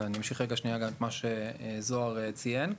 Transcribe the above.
ואמשיך את מה שזהר ציין.